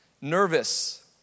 nervous